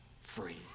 free